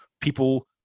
people